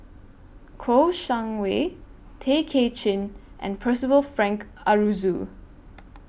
Kouo Shang Wei Tay Kay Chin and Percival Frank Aroozoo